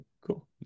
cool